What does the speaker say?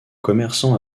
commerçant